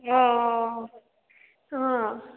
अँ अँ अँ